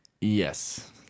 Yes